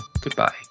Goodbye